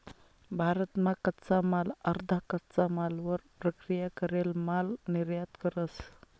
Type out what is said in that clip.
भारत मा कच्चा माल अर्धा कच्चा मालवर प्रक्रिया करेल माल निर्यात करस